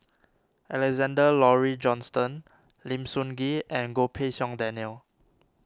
Alexander Laurie Johnston Lim Sun Gee and Goh Pei Siong Daniel